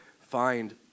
find